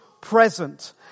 present